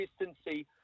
consistency